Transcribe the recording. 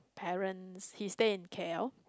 parents he stays in K_L